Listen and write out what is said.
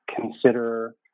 consider